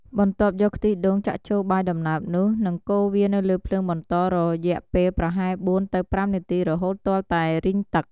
បន្ទាប់យកខ្ទិះដូងចាក់ចូលបាយដំណើបនោះ និងកូរវានៅលើភ្លើងបន្ត រយះពេលប្រហែល៤ ទៅ៥នាទីរហូតទាល់តែរីងទឹក។